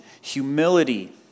humility